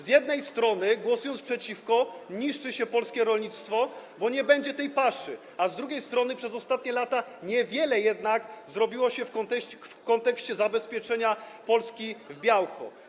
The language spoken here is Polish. Z jednej strony, głosując przeciwko, niszczy się polskie rolnictwo, bo nie będzie paszy, a z drugiej strony, przez ostatnie lata niewiele jednak zrobiło się w kontekście zabezpieczenia Polski w białko.